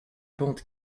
pente